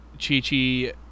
Chi-Chi